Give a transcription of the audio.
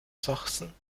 sachsen